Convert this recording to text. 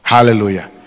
Hallelujah